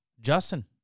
Justin